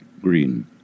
GREEN